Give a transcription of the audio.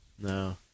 No